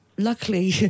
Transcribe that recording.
Luckily